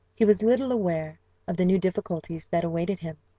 he was little aware of the new difficulties that awaited him.